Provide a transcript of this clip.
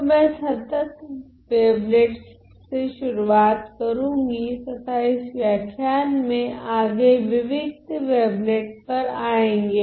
तो मैं संतत् वेवलेट्स से शुरुआत करूंगी तथा इस व्याख्यान में आगे विविक्त वेवलेट पर आएगे